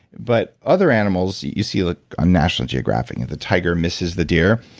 but other animals you see like on national geographic, the tiger misses the deer.